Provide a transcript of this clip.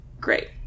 Great